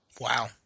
Wow